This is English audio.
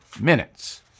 minutes